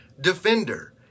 defender